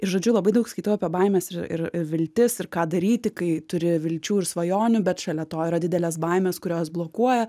ir žodžiu labai daug skaitau apie baimes ir ir viltis ir ką daryti kai turi vilčių ir svajonių bet šalia to yra didelės baimės kurios blokuoja